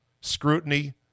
Scrutiny